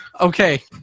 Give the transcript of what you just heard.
Okay